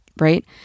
right